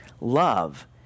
Love